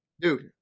Dude